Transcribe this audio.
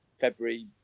February